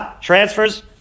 transfers